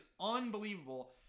unbelievable